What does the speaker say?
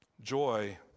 Joy